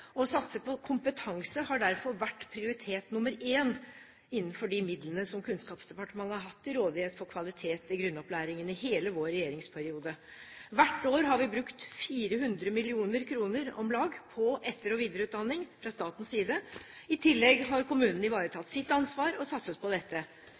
Å satse på kompetanse har derfor vært prioritet nr. 1 innenfor de midlene som Kunnskapsdepartementet har hatt til rådighet for kvalitet i grunnopplæringen i hele vår regjeringsperiode. Hvert år har vi fra statens side brukt om lag 400 mill. kr på etter- og videreutdanning. I tillegg har